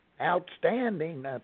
outstanding